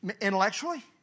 intellectually